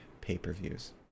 pay-per-views